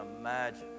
imagine